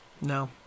No